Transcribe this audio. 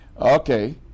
Okay